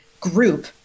group